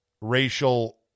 racial